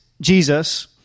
Jesus